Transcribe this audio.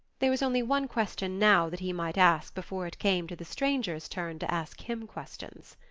there was only one question now that he might ask before it came to the stranger's turn to ask him questions.